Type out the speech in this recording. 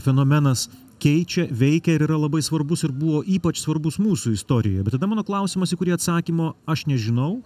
fenomenas keičia veikia ir yra labai svarbus ir buvo ypač svarbus mūsų istorijoje bet tada mano klausimas į kurį atsakymo aš nežinau